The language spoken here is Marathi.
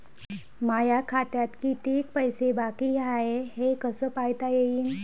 माया खात्यात कितीक पैसे बाकी हाय हे कस पायता येईन?